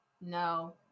No